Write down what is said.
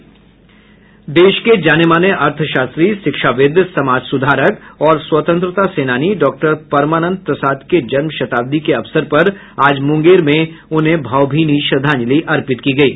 देश के जाने माने अर्थशास्त्री शिक्षाविद् समाज सुधारक और स्वतंत्रता सेनानी डाक्टर परमानन्द प्रसाद के जन्म शताब्दी के अवसर पर आज मुंगेर में उन्हें भावभीनी श्रद्धांजलि अर्पित की गयी